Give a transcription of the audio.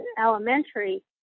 elementary